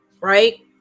right